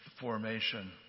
formation